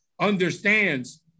understands